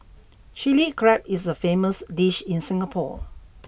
Chilli Crab is a famous dish in Singapore